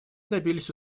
добились